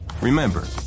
Remember